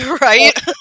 Right